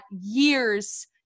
years